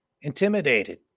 intimidated